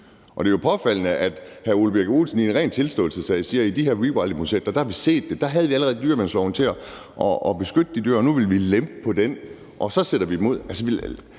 Det er jo påfaldende, at hr. Ole Birk Olesen i en ren tilståelsessag siger, at i de her rewilding-projekter har vi set det, og der havde vi allerede dyreværnsloven til at beskytte de dyr, og nu vil vi lempe på den, og så sætter vi dem ud.